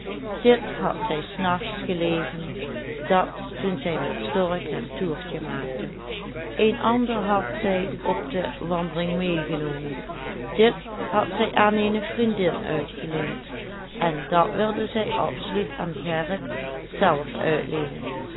dit had zij s nachts gelezen dat toen zij met stork haar toertje maakte een ander had zij op de wandeling meegenomen dit had zij aan eene vriendin uitgeleend en dat wilde zij absoluut aan gerrit zelf uitleenen